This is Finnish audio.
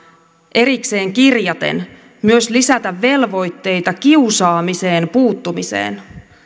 erikseen kirjaten myös lisätä velvoitteita kiusaamiseen puuttumiseen